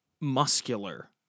muscular